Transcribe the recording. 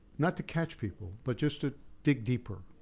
not to catch people, but just to dig deeper,